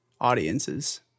audiences